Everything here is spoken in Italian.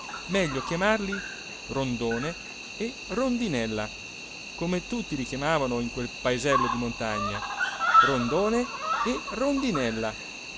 meglio chiamarli rondone e rondinella come tutti li chiamavano in quel paesello di montagna rondone e rondinella